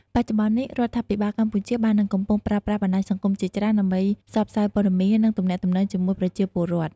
បច្ចុប្បន្ននេះ រដ្ឋាភិបាលកម្ពុជាបាននឹងកំពុងប្រើប្រាស់បណ្ដាញសង្គមជាច្រើន ដើម្បីផ្សព្វផ្សាយព័ត៌មាន និងទំនាក់ទំនងជាមួយប្រជាពលរដ្ឋ។